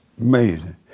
Amazing